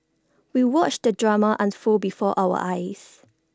we watched the drama unfold before our eyes